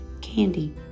Candy